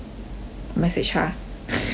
message her ah